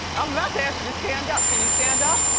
i'm about to ask you to stand up. can you stand up?